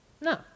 No